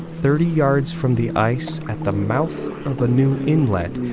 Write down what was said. thirty yards from the ice at the mouth of the new inlet